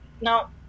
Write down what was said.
no